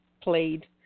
played